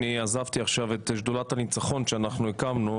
אני עזבתי עכשיו את שדולת הניצחון שאנחנו הקמנו,